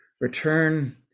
return